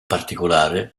particolare